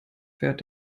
fährt